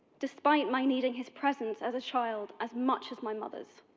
despite my needing his presence as a child as much as my mother's.